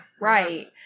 right